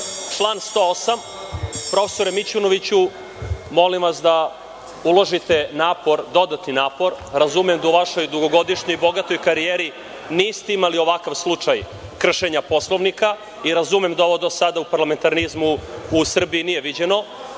član 108.Profesore Mićunoviću, molim vas da uložite napor, dodatni napor. Razumem da u vašoj dugogodišnjoj i bogatoj karijeri niste imali ovakav slučaj kršenja Poslovnika i razumem da ovo do sada u parlamentarizmu u Srbiji nije viđeno. Ja